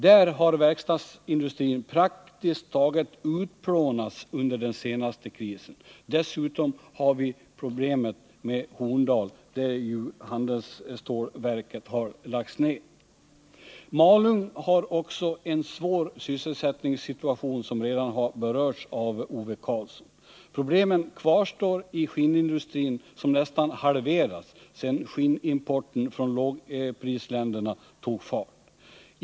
Där har verkstadsindustrin praktiskt taget utplånats under den senaste krisen. Dessutom har vi problemet Horndal, där handelsstålverket har lagts ner. Malung har också en svår sysselsättningssituation, som redan har berörts av Ove Karlsson. Problemen kvarstår i skinnindustrin, som nästan halverats sedan skinnimporten från lågprisländerna tog fart.